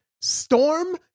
Storm